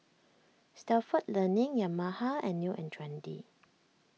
Stalford Learning Yamaha and New and Trendy